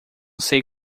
sei